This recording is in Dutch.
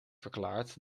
verklaart